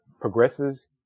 progresses